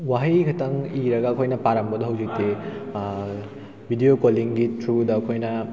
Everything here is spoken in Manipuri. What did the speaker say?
ꯋꯥꯍꯩ ꯈꯛꯇꯪ ꯏꯔꯒ ꯑꯩꯈꯣꯏꯅ ꯄꯥꯔꯝꯕꯗꯣ ꯍꯧꯖꯤꯛꯇꯤ ꯕꯤꯗꯤꯑꯣ ꯀꯣꯂꯤꯡꯒꯤ ꯊ꯭ꯔꯨꯗ ꯑꯩꯈꯣꯏꯅ